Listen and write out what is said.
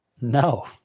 No